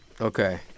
Okay